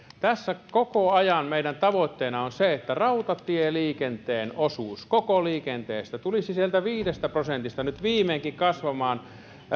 tässä koko ajan meidän tavoitteenamme on se että rautatieliikenteen osuus koko liikenteestä tulisi sieltä viidestä prosentista nyt viimeinkin kasvamaan